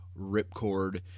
ripcord